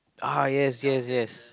ah yes yes yes